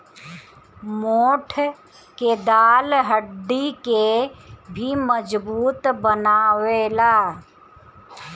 मोठ के दाल हड्डी के भी मजबूत बनावेला